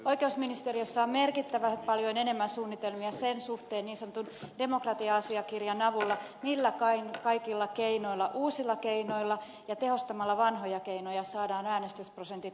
oikeusministeriössä on merkittävän paljon enemmän suunnitelmia sen suhteen niin sanotun demokratia asiakirjan avulla millä kaikilla keinoilla uusilla keinoilla ja tehostamalla vanhoja keinoja saadaan äänestysprosentit nousemaan